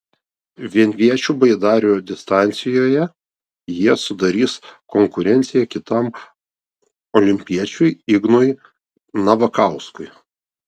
vienviečių baidarių distancijoje jie sudarys konkurenciją kitam olimpiečiui ignui navakauskui